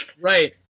right